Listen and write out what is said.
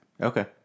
okay